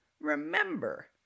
Remember